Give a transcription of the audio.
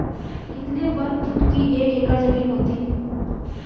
कितने वर्ग फुट की एक एकड़ ज़मीन होती है?